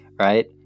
right